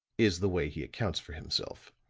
is the way he accounts for himself.